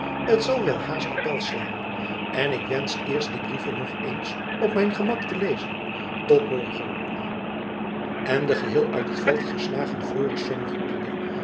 t zal welhaast appèl slaan en ik wensch eerst die brieven nog eens op mijn gemak te lezen tot morgen en den geheel uit het veld geslagen florisz groetende